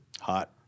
Hot